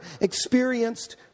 experienced